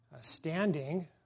standing